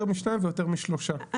יותר משניים ויותר משלושה,